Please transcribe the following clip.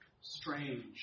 strange